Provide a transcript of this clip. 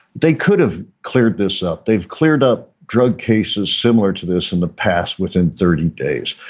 they could have cleared this up. they've cleared up drug cases similar to this in the past within thirty days.